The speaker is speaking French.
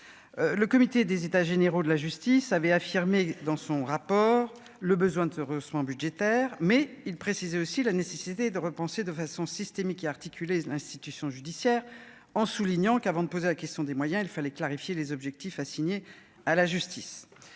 le comité des États généraux de la justice avait affirmé dans son rapport le besoin de ce rehaussement budgétaire, mais il précisait aussi la nécessité de repenser de façon systémique et articulée l'institution judiciaire, en soulignant que, avant de poser la question des moyens, il fallait clarifier les objectifs assignés à la justice.